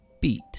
Beat